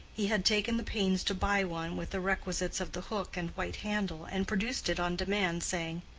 he had taken the pains to buy one with the requisites of the hook and white handle, and produced it on demand, saying,